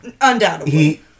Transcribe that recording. undoubtedly